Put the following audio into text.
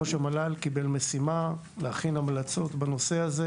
ראש המל"ל קיבל רשימה להכין המלצות בנושא הזה